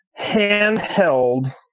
handheld